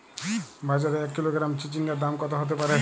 বাজারে এক কিলোগ্রাম চিচিঙ্গার দাম কত হতে পারে?